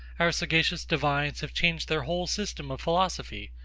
our sagacious divines have changed their whole system of philosophy,